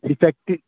defected